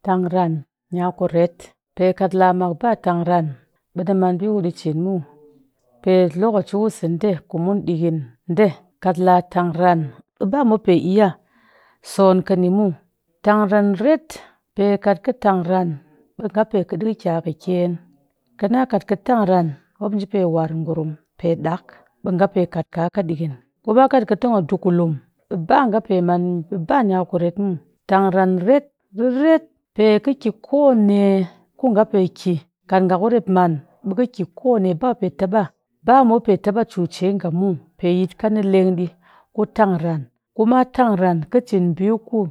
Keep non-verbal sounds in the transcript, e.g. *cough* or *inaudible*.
Tangran nya kuret pe kat laamak ba tangran ɓe ɗii man ɓii kuɗi cin muw pe lokaci kuseɗe kumun ɗikɨn ɗe kat la tang ran *noise* ba mop pe iya son kɨni muw, tangran ret pe ku kat kɨ tangran ɓe nga pa kɨ ɗii kɨ kya kɨkyen kɨna kat kɨ tangran mop pe nji pe war gurum pe ɗak ɓe nga pe kat kaaka ɗikɨn kuma kat kɨ tong a dukulum ɓe ba nga pe man ba nya kuret muw. Tangran ret riret pe kɨ ki kone ku nga pe ki, kat nga ku rep man ɓe kɨ ki kone ba mop pe taba bamop pe taba cuce nga muw pe yitka ni leng ɗii ku tangran kuma tangran kɨ cin ɓii kuni